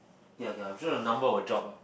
okay okay I'm sure number will drop oh